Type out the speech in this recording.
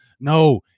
no